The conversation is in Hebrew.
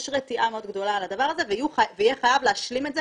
יש רתיעה מאוד גדולה מהדבר הזה ויהיו חייבים להשלים את זה,